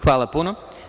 Hvala puno.